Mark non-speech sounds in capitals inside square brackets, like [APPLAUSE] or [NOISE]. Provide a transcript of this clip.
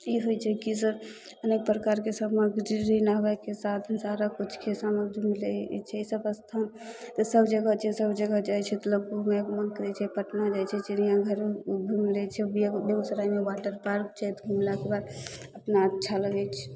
ई होइ छै कि सब अनेक प्रकारके सबमे [UNINTELLIGIBLE] आबयके साधन सारा किछुके सामग्री मिलय छै ई सब स्थान ई सब जगह जे सब जगह जाइ छै मतलब घुमयके मन करय छै पटना जाइ छै चिड़ियाँघर घुमि लै छै बेगुसरायमे वाटर पार्क छै तऽ घुमलक अपना अच्छा लागय छै